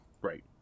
Right